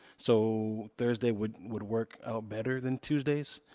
so thursday would would work out better than tuesdays.